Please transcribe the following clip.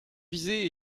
visée